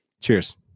cheers